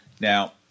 Now